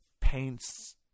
paints